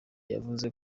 yavuze